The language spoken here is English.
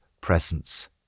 presence